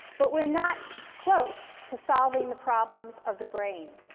but we're not close to solving the problems of the brain.